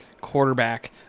quarterback